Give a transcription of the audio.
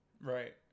Right